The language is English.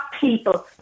people